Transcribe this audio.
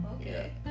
Okay